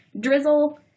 drizzle